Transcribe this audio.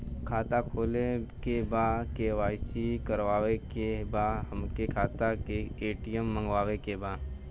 खाता खोले के बा के.वाइ.सी करावे के बा हमरे खाता के ए.टी.एम मगावे के बा?